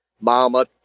mama